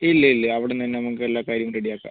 ഇല്ല ഇല്ല അവിടുന്ന് തന്നെ നമുക്ക് എല്ലാ കാര്യവും റെഡി ആക്കാം